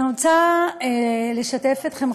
אני רוצה לשתף אתכם,